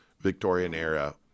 Victorian-era